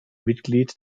mitglied